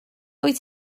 wyt